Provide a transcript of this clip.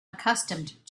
accustomed